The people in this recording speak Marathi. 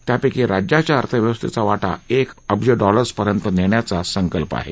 त्यापैकी राज्याच्या अर्थव्यवस्थेचा वाटा एक अब्ज डॉलर्स पर्यंत नेण्याचा संकल्प आहे